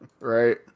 right